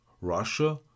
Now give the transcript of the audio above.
Russia